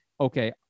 okay